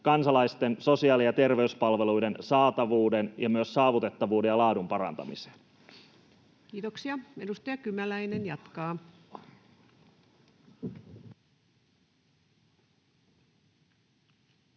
kansalaisten sosiaali- ja terveyspalveluiden saatavuuden ja myös saavutettavuuden ja laadun parantamiseen. [Speech 141] Speaker: Ensimmäinen varapuhemies